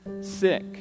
sick